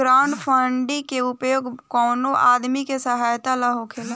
crowdfunding के उपयोग कवनो आदमी के सहायता ला होखेला